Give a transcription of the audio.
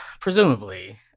presumably